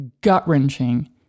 gut-wrenching